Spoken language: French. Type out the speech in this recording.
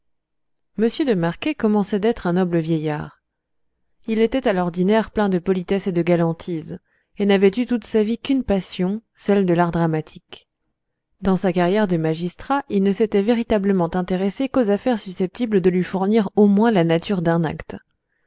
de marquet commençait d'être un noble vieillard il était à l'ordinaire plein de politesse et de galantise et n'avait eu toute sa vie qu'une passion celle de l'art dramatique dans sa carrière de magistrat il ne s'était véritablement intéressé qu'aux affaires susceptibles de lui fournir au moins la matière d'un acte